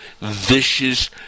vicious